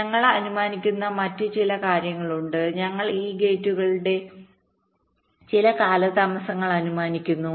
ഞങ്ങൾ അനുമാനിക്കുന്ന മറ്റ് ചില കാര്യങ്ങളുണ്ട് ഞാൻ ഈ ഗേറ്റുകളുടെ ചില കാലതാമസങ്ങൾ അനുമാനിക്കുന്നു